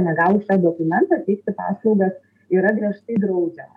negavus šio dokumento teikti paslaugas yra griežtai draudžiama